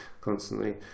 constantly